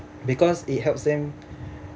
because it helps them